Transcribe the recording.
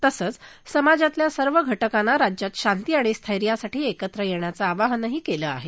तसंच समाजातल्या सर्व घटकांना राज्यात शांती आणि स्थैर्यासाठी एकत्र येण्याचं आवाहन केलं आहे